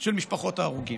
של משפחות ההרוגים.